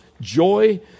joy